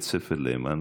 בית ספר "ליהמן",